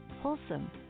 wholesome